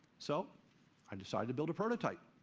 so i decided to build a prototype.